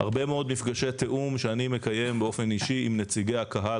הרבה מאוד מפגשי תיאום שאני מקיים באופן אישי עם נציגי הקהל.